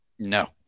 No